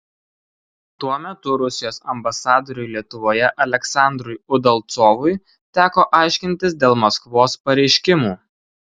tuo metu rusijos ambasadoriui lietuvoje aleksandrui udalcovui teko aiškintis dėl maskvos pareiškimų